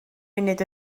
munud